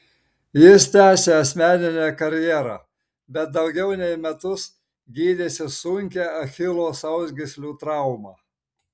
jis tęsė asmeninę karjerą bet daugiau nei metus gydėsi sunkią achilo sausgyslių traumą